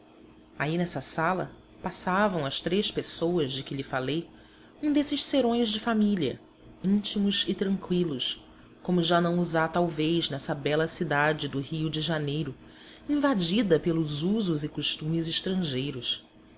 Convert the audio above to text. aí nessa sala passavam as três pessoas de que lhe falei um desses serões de família íntimos e tranqüilos como já não os há talvez nessa bela cidade do rio de janeiro invadida pelos usos e costumes estrangeiros